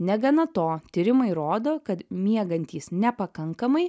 negana to tyrimai rodo kad miegantys nepakankamai